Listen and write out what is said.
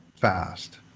fast